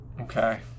Okay